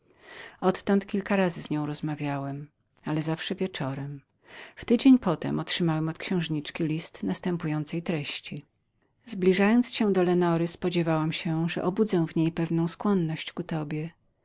odtąd kilka razy z nią rozmawiałem ale zawsze wieczorem w tydzień potem otrzymałem od księżniczki list następującej treści zbliżając cię do leonory spodziewałam się że obudzę w niej pewną skłonność ku tobie